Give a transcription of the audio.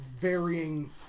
Varying